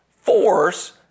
force